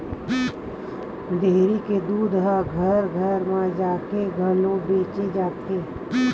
dairy के दूद ह घर घर म जाके घलो बेचे जाथे